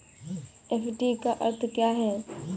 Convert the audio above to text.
FD का अर्थ क्या है?